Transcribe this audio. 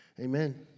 Amen